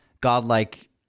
godlike